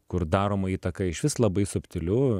kur daroma įtaka išvis labai subtiliu